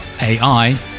AI